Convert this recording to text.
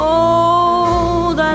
old